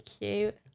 cute